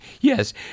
Yes